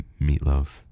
meatloaf